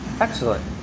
Excellent